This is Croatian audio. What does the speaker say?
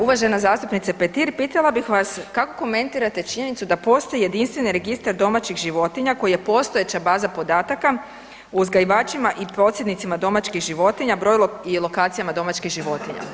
Uvažena zastupnica Petir pitala bih vas kako komentirate činjenicu da postoji jedinstveni registar domaćih životinja koji je postojeća baza podataka uzgajivačima i posjednicima domaćih životinja, broju i lokacijama domaćih životinja.